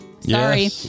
Sorry